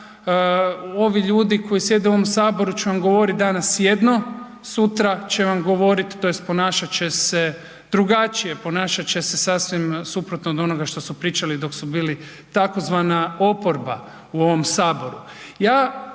Ovi ljudi koji sjede u ovom Saboru će vam govoriti danas jedno, sutra će vam govoriti tj. ponašat će se drugačije, ponašat će se sasvim suprotno od onoga što su pričali dok su bili tzv. oporba u ovom Saboru.